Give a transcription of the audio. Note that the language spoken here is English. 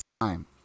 time